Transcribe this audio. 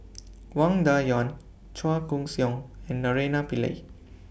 Wang Dayuan Chua Koon Siong and Naraina Pillai